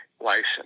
license